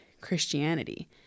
Christianity